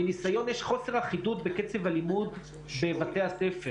מניסיון, יש חוסר אחידות בקצב הלימוד בבתי הספר.